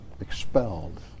Expelled